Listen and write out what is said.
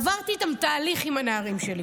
עברתי איתם תהליך, עם הנערים שלי.